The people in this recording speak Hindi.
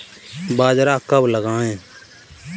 बाजरा कब लगाएँ?